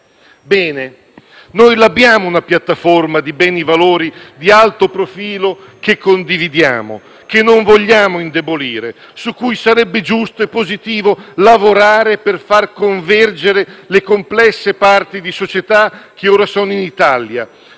Bene, noi abbiamo una piattaforma di beni e valori di alto profilo che condividiamo, che non vogliamo indebolire, su cui sarebbe giusto e positivo lavorare per far convergere le complesse parti di società che ora sono in Italia,